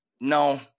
no